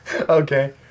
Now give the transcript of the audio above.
okay